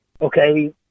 okay